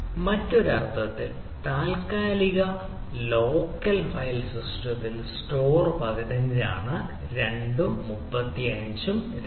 മറ്റൊരു അർത്ഥത്തിൽ താൽക്കാലിക ലോക്കൽ ഫയൽ സിസ്റ്റത്തിൽ സ്റ്റോർ 15 ആണ് 2 35 2